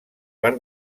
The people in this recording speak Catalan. per